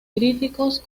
críticos